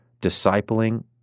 discipling